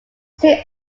see